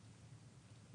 הרווחה.